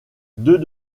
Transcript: deux